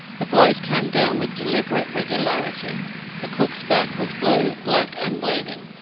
the blows came down with deliberate regularity the cook's back was blue, black, and bleeding,